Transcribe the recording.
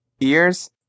ears